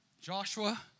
Joshua